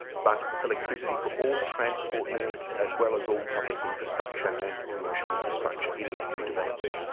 but electricity for all transport needs as well as all public infrastructure and commercial infrastructure in that new development.